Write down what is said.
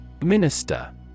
Minister